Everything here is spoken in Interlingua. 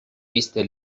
iste